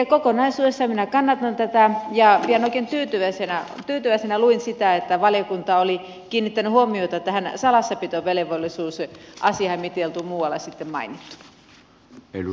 elikkä kokonaisuudessaan minä kannatan tätä ja vielä oikein tyytyväisenä luin sitä että valiokunta oli kiinnittänyt huomiota tähän salassapitovelvollisuusasiaan mitä ei oltu muualla sitten mainittu